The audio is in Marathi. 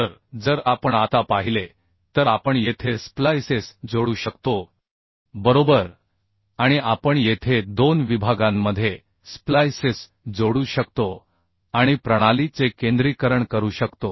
तर जर आपण आता पाहिले तर आपण येथे स्प्लाइसेस जोडू शकतो बरोबर आणि आपण येथे दोन विभागांमध्ये स्प्लाइसेस जोडू शकतो आणि प्रणाली चे केंद्रीकरण करू शकतो